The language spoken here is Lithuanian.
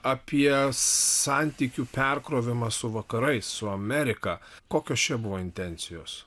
apie santykių perkrovimą su vakarais su amerika kokios čia buvo intencijos